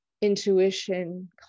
intuition